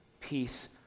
peace